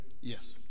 Yes